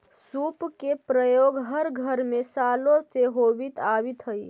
सूप के प्रयोग हर घर में सालो से होवित आवित हई